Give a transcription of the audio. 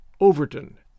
Overton